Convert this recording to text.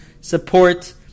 support